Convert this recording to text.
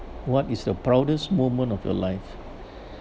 what is the proudest moment of your life